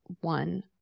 one